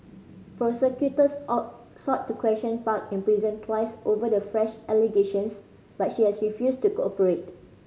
prosecutors out sought to question Park in prison twice over the fresh allegations but she has refused to cooperate